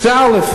זה א.